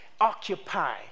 occupy